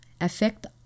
affect